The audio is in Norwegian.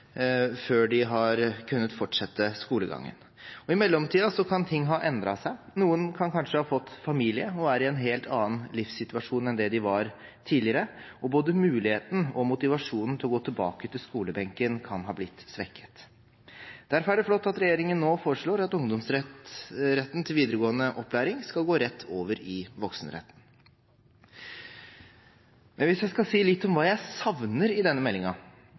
før de har kunnet fortsette skolegangen. I mellomtiden kan ting ha endret seg. Noen har kanskje fått familie og er i en helt annen livssituasjon enn det de var tidligere, og både muligheten og motivasjonen til å gå tilbake til skolebenken kan ha blitt svekket. Derfor er det flott at regjeringen nå foreslår at ungdomsretten til videregående opplæring skal gå rett over i voksenretten. Hvis jeg skal si litt om hva jeg savner i denne